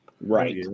Right